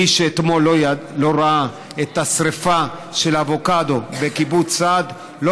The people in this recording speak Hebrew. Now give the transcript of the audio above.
מי שאתמול לא ראה את השרפה של האבוקדו בקיבוץ סעד לא